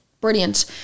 brilliant